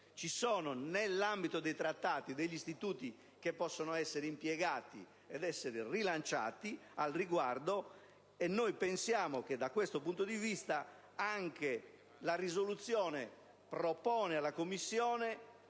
ci sono nell'ambito dei trattati degli istituti che possono essere impiegati e rilanciati, e noi pensiamo che da questo punto di vista la risoluzione proponga alla Commissione